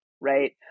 right